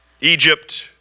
Egypt